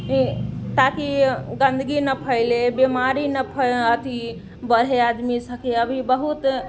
ताकि गन्दगी नहि फैलै बेमारी नहि फै अथी बढ़ै आदमी सबके अभी बहुत